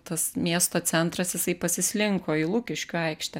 tas miesto centras jisai pasislinko į lukiškių aikštę